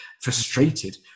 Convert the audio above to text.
frustrated